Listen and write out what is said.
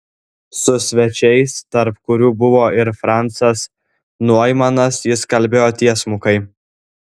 su svečiais tarp kurių buvo ir francas noimanas jis kalbėjo tiesmukai